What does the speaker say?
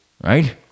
right